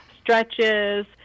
stretches